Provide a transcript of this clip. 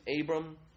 Abram